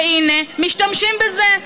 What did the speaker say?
והינה, משתמשים בזה.